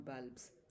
bulbs